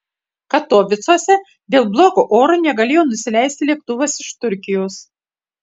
katovicuose dėl blogo oro negalėjo nusileisti lėktuvas iš turkijos